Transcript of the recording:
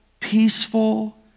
peaceful